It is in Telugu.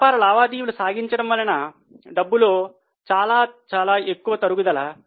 వ్యాపార లావాదేవీలు సాగించడం వలన డబ్బులో చాలా చాలా ఎక్కువ తరుగుదల